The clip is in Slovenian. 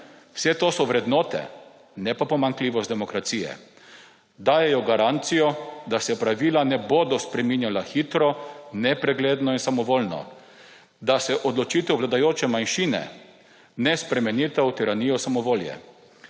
Vse to so vrednote, ne pa pomanjkljivost demokracije, dajejo garancijo, da se pravila ne bodo spreminjala hitro, nepregledno in samovoljno, da se odločitev vladajoče manjšine ne spremeni v tiranijo samovolje.